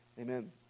amen